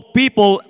people